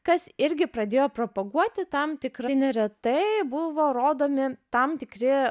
kas irgi pradėjo propaguoti tam tikrą neretai buvo rodomi tam tikri